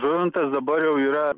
žuvintas dabar jau yra